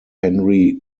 henry